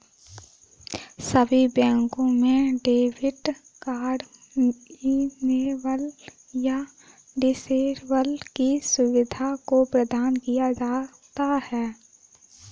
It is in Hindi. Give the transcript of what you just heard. सभी बैंकों में डेबिट कार्ड इनेबल या डिसेबल की सुविधा को प्रदान किया जाता है